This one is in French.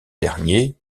dernier